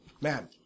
man